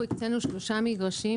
הקצינו לשלושה מגרשים.